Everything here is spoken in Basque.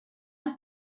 one